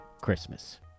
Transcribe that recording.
Christmas